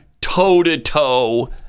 toe-to-toe